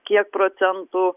kiek procentų